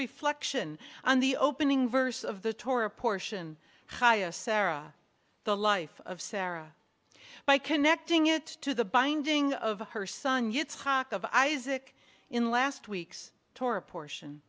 reflection on the opening verse of the torah portion highest sarah the life of sarah by connecting it to the binding of her son utes hoch of isaac in last week's torah portion